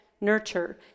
nurture